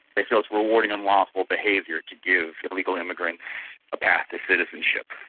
they feel it's rewarding unlawful behaviour to give illegal immigrants a path to citizenship.